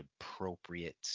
appropriate